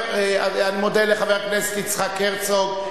אני מודה לחבר הכנסת יצחק הרצוג.